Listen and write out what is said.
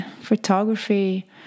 photography